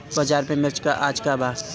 बाजार में मिर्च आज का बा?